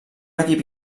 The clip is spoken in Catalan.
equip